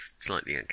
slightly